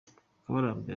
mukabaramba